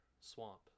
Swamp